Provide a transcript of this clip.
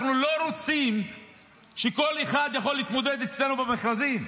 אנחנו לא רוצים שכל אחד יוכל להתמודד אצלנו במכרזים.